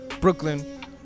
brooklyn